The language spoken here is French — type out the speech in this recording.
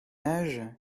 âge